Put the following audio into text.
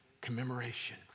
commemoration